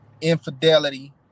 infidelity